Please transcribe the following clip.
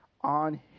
on